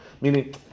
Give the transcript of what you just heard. Meaning